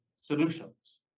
solutions